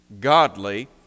godly